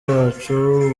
wacu